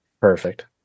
perfect